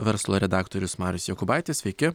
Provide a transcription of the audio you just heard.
verslo redaktorius marius jokūbaitis sveiki